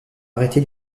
arrêté